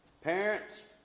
Parents